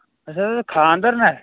اَسہِ حظ اوس خاندر نہ